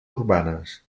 urbanes